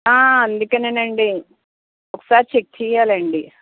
అందుకనే అండి ఒకసారి చెక్ చెయ్యాలండి